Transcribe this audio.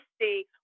see